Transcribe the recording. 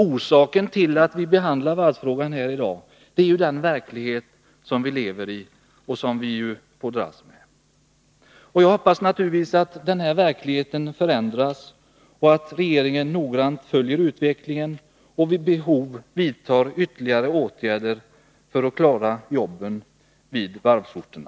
Orsaken till att vi gör det är den verklighet som vi lever i och som vi får dras med. Jag hoppas naturligtvis att verkligheten förändras och att regeringen noggrant följer utvecklingen och vid behov vidtar ytterligare åtgärder för att klara jobben på varvsorterna.